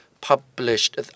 published